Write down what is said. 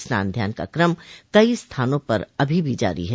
स्नान ध्यान का क्रम कई स्थानों पर अभी भी जारी है